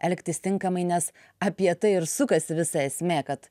elgtis tinkamai nes apie tai ir sukasi visa esmė kad